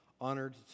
honored